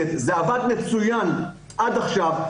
זה עבד מצוין עד עכשיו.